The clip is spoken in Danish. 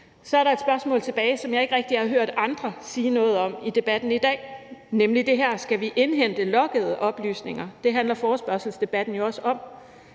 Så er der et spørgsmål tilbage, som jeg ikke rigtig har hørt andre sige noget om i debatten i dag, nemlig: Skal vi indhente loggede oplysninger? Det handler forespørgselsdebatten jo også om.